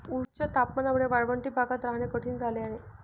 उच्च तापमानामुळे वाळवंटी भागात राहणे कठीण झाले आहे